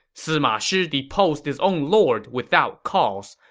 sima shi deposed his own lord without cause.